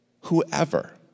whoever